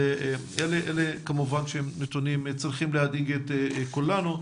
הנתונים האלה כמובן צריכים להדאיג את כולנו.